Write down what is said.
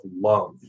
love